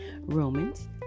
Romans